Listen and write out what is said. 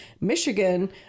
Michigan